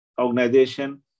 organization